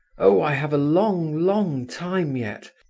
oh, i have a long, long time yet.